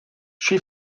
she